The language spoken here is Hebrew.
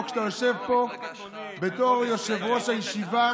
כשאתה יושב פה בתור יושב-ראש הישיבה,